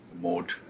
mode